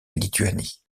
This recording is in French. lituanie